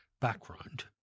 background